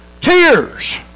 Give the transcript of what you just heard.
Tears